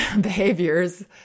behaviors